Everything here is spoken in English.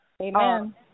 Amen